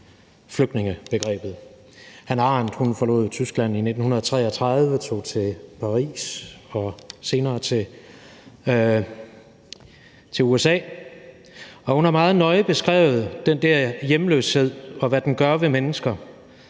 flygtninge. Hannah Arendt forlod Tyskland i 1933 og tog til Paris og senere til USA, og hun har meget nøje beskrevet den der hjemløshed, og hvad den gør ved mennesker,